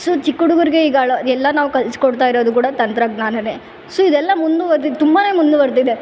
so ಚಿಕ್ಕ ಹುಡುಗ್ರಿಗೆ ಈಗ ಅಳ ಎಲ್ಲ ನಾವು ಕಲಿಸ್ಕೊಡ್ತಾ ಇರೋದು ಕೂಡ ತಂತ್ರಜ್ಞಾನನೇ ಸೊ ಇದೆಲ್ಲ ಮುಂದುವರ್ದಿದೆ ತುಂಬಾ ಮುಂದುವರೆದಿದೆ